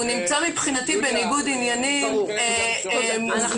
מבחינתי הוא נמצא בניגוד עניינים מובנה.